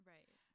Right